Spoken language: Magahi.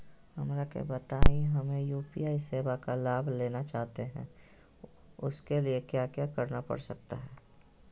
हमरा के बताइए हमें यू.पी.आई सेवा का लाभ लेना चाहते हैं उसके लिए क्या क्या करना पड़ सकता है?